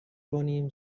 کنیم